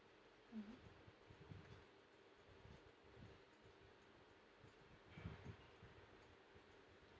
mmhmm